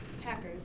hackers